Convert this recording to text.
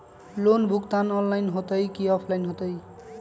Loan भुगतान online होतई कि ऑफलाइन होतई?